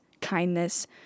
kindness